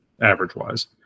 average-wise